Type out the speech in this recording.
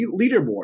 leaderboard